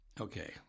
okay